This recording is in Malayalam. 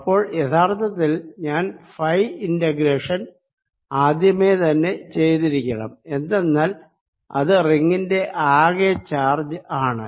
അപ്പോൾ യഥാർത്ഥത്തിൽ ഞാൻ ഫൈ ഇന്റഗ്രേഷൻ ആദ്യമേ തന്നെ ചെയ്തിരിക്കണം എന്തെന്നാൽ അത് റിങ്ങിന്റെ ആകെ ചാർജ് ആണ്